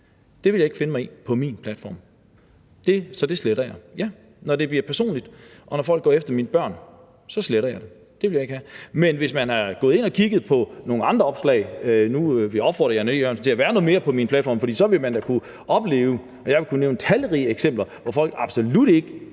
så vil jeg ikke finde mig i det på min platform, så det sletter jeg, ja. Når det bliver personligt, og når folk går efter mine børn, så sletter jeg det – det vil jeg ikke have. Men man kan gå ind og kigge på nogle andre opslag, og jeg vil opfordre hr. Jan E. Jørgensen til at være noget mere på min platform, for så vil han da kunne opleve – og jeg vil kunne nævne talrige eksempler på det – at folk absolut ikke